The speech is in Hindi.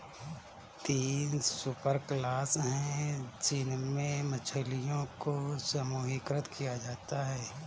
तीन सुपरक्लास है जिनमें मछलियों को समूहीकृत किया जाता है